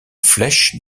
flèche